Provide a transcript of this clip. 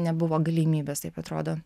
nebuvo galimybės taip atrodo